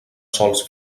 sòls